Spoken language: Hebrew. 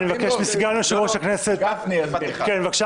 משפט